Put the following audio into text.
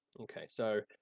okay so,